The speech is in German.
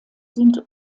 sind